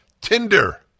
Tinder